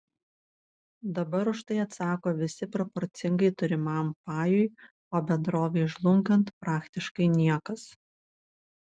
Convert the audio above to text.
dabar už tai atsako visi proporcingai turimam pajui o bendrovei žlungant praktiškai niekas